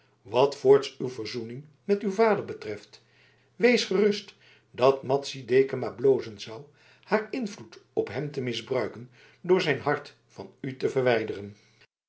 wat voorts uw verzoening met uw vader betreft wees gerust dat madzy dekama blozen zou haar invloed op hem te misbruiken door zijn hart van u te verwijderen